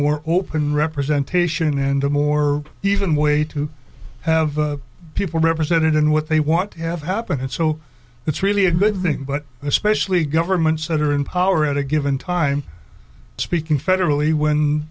more open representation and a more even way to have people represented in what they want to have happen and so it's really a good thing but especially governments that are in power at a given time speaking federally when